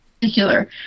particular